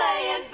playing